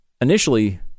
initially